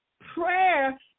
prayer